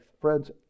Friends